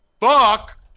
fuck